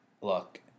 look